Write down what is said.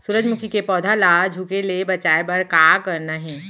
सूरजमुखी के पौधा ला झुके ले बचाए बर का करना हे?